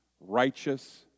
righteous